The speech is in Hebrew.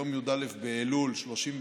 ביום י"א באלול התש"ף,